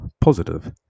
positive